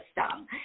system